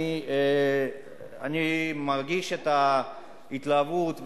אני מרגיש את ההתלהבות,